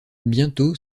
bientôt